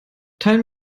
teilen